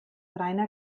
reiner